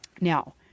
Now